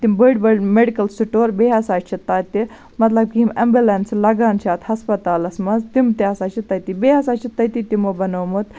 تِم بٔڑۍ بٔڑۍ میٚڈکٕل سٹور بیٚیہِ ہَسا چھِ تَتہِ مَطلَب کہِ یِم ایٚمبلَنسہٕ لَگان چھِ اتھ ہَسپَتالَس مَنٛز تِم تہِ ہَسا چھِ تٔتی بیٚیہِ ہَسا چھ تٔتی تِمو بَنومُت